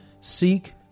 Seek